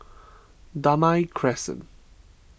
Damai Crescent